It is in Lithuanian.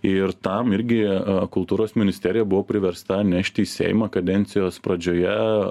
ir tam irgi kultūros ministerija buvo priversta nešti į seimą kadencijos pradžioje